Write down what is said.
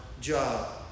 job